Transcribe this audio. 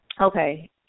Okay